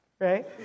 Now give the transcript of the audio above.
right